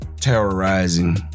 terrorizing